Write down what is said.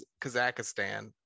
Kazakhstan